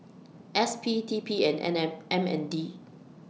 S P T P An and M M N D